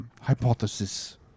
Hypothesis